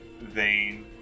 vein